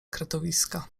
kretowiska